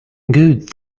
good